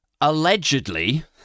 allegedly